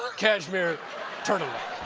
cashmere turtleneck.